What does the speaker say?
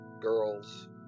girls